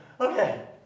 Okay